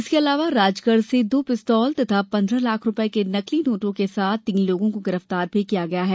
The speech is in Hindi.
इसके अलावा राजगढ़ से दो पिस्तौल तथा पन्द्रह लाख रुपये के नकली नोटों के साथ तीन लोगों को गिरफ्तार भी किया गया है